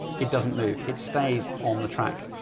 it doesn't move. it stays on the track,